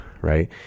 right